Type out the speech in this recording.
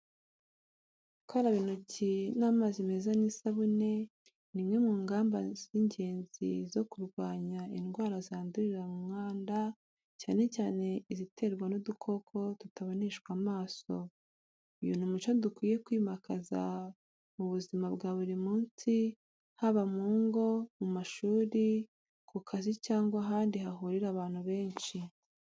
Gukaraba intoki n’amazi meza n’isabune ni imwe mu ngamba z’ingenzi zo kurwanya indwara zandurira mu mwanda, cyane cyane iziterwa n’udukoko duto tutaboneshwa amaso. Uyu ni umuco dukwiye kwimakaza mu buzima bwa buri munsi, haba mu ngo, mu mashuri, ku kazi, cyangwa ahandi hahurira abantu benshi.